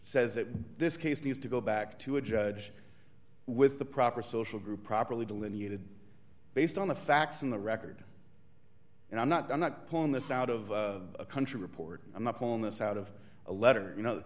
says that this case needs to go back to a judge with the proper social group properly delineated based on the facts in the record and i'm not i'm not pulling this out of a country report i'm up on this out of a letter you know